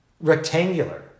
rectangular